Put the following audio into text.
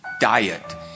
diet